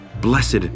Blessed